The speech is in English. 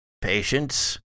patience